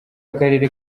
akarere